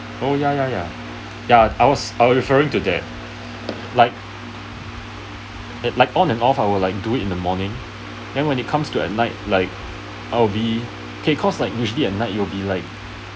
oh ya ya ya ya I was I were referring to that like the like on and off I would like do it in the morning then when it's come to at night like I'll be cause like usually at night you'll be like